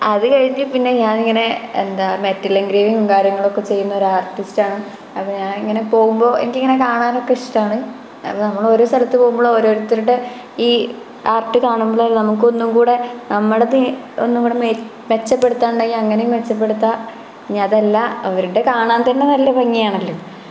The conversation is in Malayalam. അതു കഴിഞ്ഞു പിന്നെ ഞാനിങ്ങനെ എന്താ മെറ്റൽ എൻഗ്രേവിംഗ് കാര്യങ്ങളൊക്കെ ചെയ്യുന്ന ഒരു ആര്ട്ടിസ്റ്റ് ആണ് അപ്പോൾ ഞാനിങ്ങനെ പോകുമ്പോൾ എനിക്കിങ്ങനെ കാണാനൊക്കെ ഇഷ്ടമാണ് അപ്പോൾ നമ്മൾ ഓരോ സ്ഥലത്ത് പോകുമ്പോൾ ഓരോരുത്തരുടെ ഈ ആര്ട്ട് കാണുമ്പോൾ നമുക്ക് ഒന്നുകൂടി നമ്മുടെ ഒന്നുകൂടി മെച്ചപ്പെടുത്താനുണ്ടേ അങ്ങനെ മെച്ചപ്പെടുത്താം ഇനി അതല്ല അവരുടെ കാണാന് തന്നെ നല്ല ഭംഗിയാണല്ലോ